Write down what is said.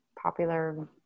popular